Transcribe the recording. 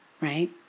right